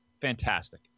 Fantastic